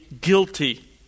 guilty